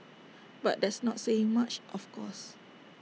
but that's not saying much of course